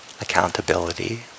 accountability